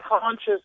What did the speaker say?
conscious